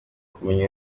kumenya